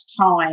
time